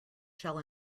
shall